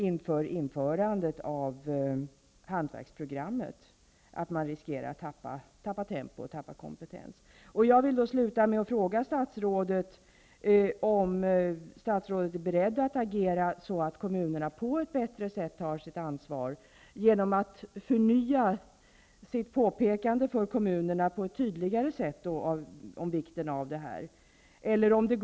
Inför införandet av hantverksprogrammet finns här ett liknande problem, nämligen att man riskerar att tappa tempot och tappa kompetens. Jag vill avslutningsvis fråga statsrådet om hon är beredd att agera så att kommunerna på ett bättre sätt tar sitt ansvar och om hon är beredd att på ett tydligare sätt återigen påpeka för kommunerna vikten av att ta detta ansvar.